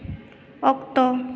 ᱚᱠᱛᱚ